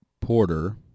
Porter